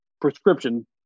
prescription